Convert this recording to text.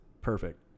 Perfect